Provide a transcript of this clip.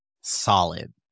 solid